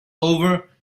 over